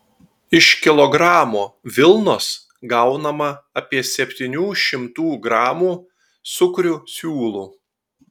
iš kilogramo vilnos gaunama apie septynių šimtų gramų sukrių siūlų